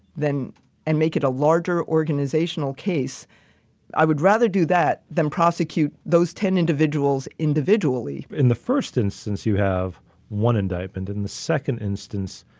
and make it a larger organization case i would rather do that then prosecute those ten individuals individually. in the first instance, you have one indictment in the second instance.